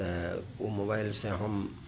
ओ mobile से हम